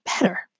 better